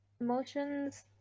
emotions